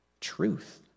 truth